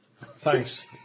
Thanks